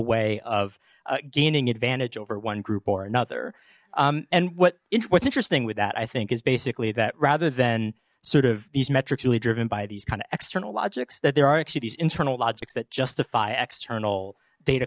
way of gaining advantage over one group or another and what what's interesting with that i think is basically that rather than sort of these metrics really driven by these kind of external logics that there are actually these internal logics that justify external data